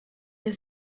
your